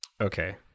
Okay